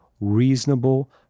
reasonable